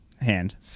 hand